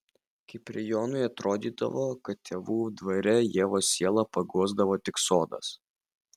kiprijonui atrodydavo kad tėvų dvare ievos sielą paguosdavo tik sodas